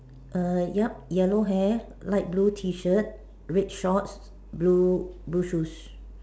err ya yellow hair light blue T shirt red shorts blue blue shoes